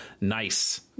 nice